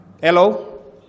Hello